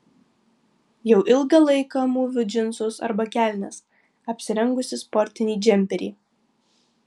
jau ilgą laiką mūviu džinsus arba kelnes apsirengusi sportinį džemperį